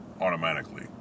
automatically